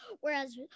Whereas